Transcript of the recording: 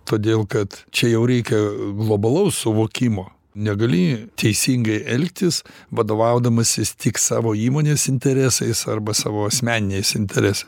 todėl kad čia jau reikia globalaus suvokimo negali teisingai elgtis vadovaudamasis tik savo įmonės interesais arba savo asmeniniais interes